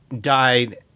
died